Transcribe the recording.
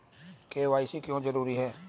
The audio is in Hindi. के.वाई.सी क्यों जरूरी है?